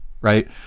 right